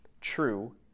true